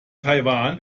taiwan